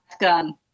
gun